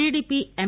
TDP ఎమ్